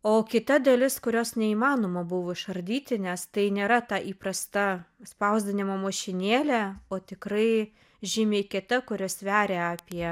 o kita dalis kurios neįmanoma buvo išardyti nes tai nėra ta įprasta spausdinimo mašinėlė o tikrai žymiai kita kuri sveria apie